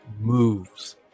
moves